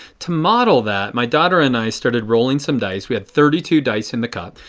to model that my daughter and i started rolling some dice. we have thirty two dice in the cup.